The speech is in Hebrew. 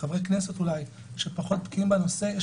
חברי כנסת שאולי פחות בקיאים בנושא יש